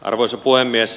arvoisa puhemies